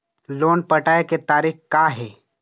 Loan पटाए के तारीख़ का हे?